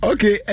Okay